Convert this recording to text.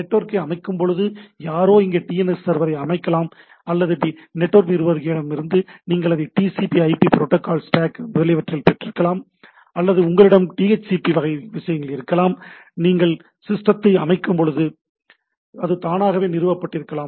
நெட்வொர்க்கை அமைக்கும்போது யாரோ இங்கே டிஎன்எஸ் சர்வரை அமைத்திருக்கலாம் அல்லது நெட்வொர்க் நிர்வாகியிடமிருந்து நீங்கள் அதை டிசிபி ஐபி புரோட்டோகால் ஸ்டேக் முதலியவற்றில் பெற்றிருக்கலாம் அல்லது உங்களிடம் டிஹெச்சிபி வகை விஷயங்கள் இருந்தால் நீங்கள் சிஸ்டத்தை அமைக்கும் போது அது தானாகவே நிறுவப்பட்டிருக்கலாம்